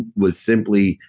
was simply,